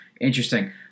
Interesting